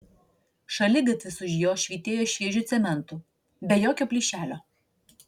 šaligatvis už jo švytėjo šviežiu cementu be jokio plyšelio